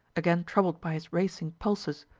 again troubled by his racing pulses,